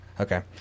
Okay